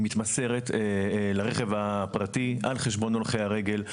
היא מתמסרת לרכב הפרטי על חשבון הולכי הרגל,